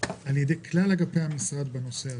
על ידי כללי אגפי המשרד בנושא הזה.